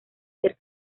ser